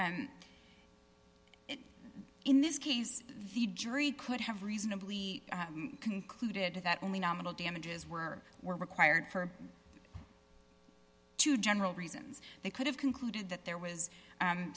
and in this case the jury could have reasonably concluded that only nominal damages were were required for two general reasons they could have concluded that there was